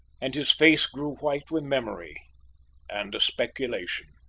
and his face grew white with memory and a speculation.